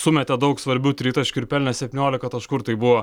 sumetė daug svarbių tritaškių ir pelnė septyniolika taškų ir tai buvo